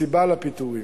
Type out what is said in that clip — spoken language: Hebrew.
בסיבה לפיטורים,